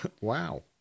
Wow